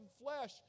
flesh